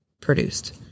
produced